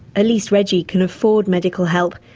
at least reggie can afford medical help.